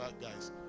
guys